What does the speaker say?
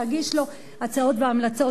להגיש לו הצעות והמלצות.